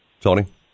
Tony